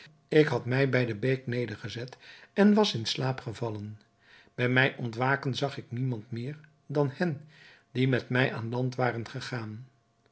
ik had mij bij eene beek nedergezet en was in slaap gevallen bij mijn ontwaken zag ik niemand meer van hen die met mij aan land waren gegaan